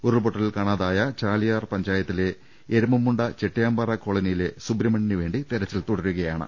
ഉരുൾപ്പൊട്ട ലിൽ കാണാതായ ചാലിയാർ പഞ്ചായത്തിലെ എരുമമുണ്ട ചെട്ടി യാംപാറ കോളനിയിലെ സുബ്രഹ്മണ്യനു വേണ്ടി തിരച്ചിൽ തുടരുക യാണ്